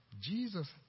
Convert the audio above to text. Jesus